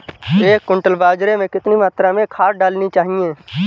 एक क्विंटल बाजरे में कितनी मात्रा में खाद डालनी चाहिए?